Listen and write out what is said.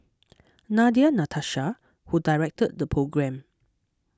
Nadia Natasha who directed the programme